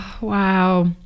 Wow